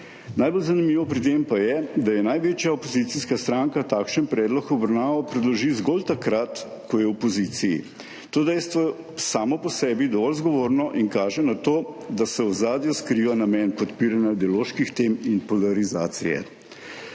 Najbolj zanimivo pri tem pa je, da največja opozicijska stranka takšen predlog v obravnavo predloži zgolj takrat, ko je v opoziciji. To dejstvo je samo po sebi dovolj zgovorno in kaže na to, da se v ozadju skriva namen podpiranja ideoloških tem in polarizacije.